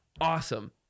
awesome